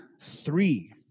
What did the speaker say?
Three